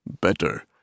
Better